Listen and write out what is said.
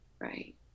right